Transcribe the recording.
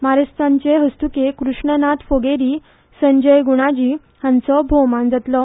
मानेस्तांचे हस्तुकीं कृष्णनाथ फोगेरी संजय गुणाजी हांचो भोवमान जातलो